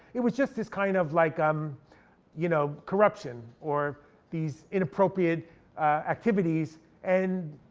it was just this kind of like um you know corruption, or these inappropriate activities and